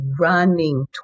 running